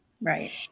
Right